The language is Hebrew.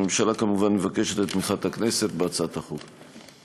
הממשלה כמובן מבקשת את תמיכת הכנסת בהצעת החוק.